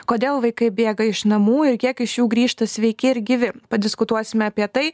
kodėl vaikai bėga iš namų ir kiek iš jų grįžta sveiki ir gyvi padiskutuosime apie tai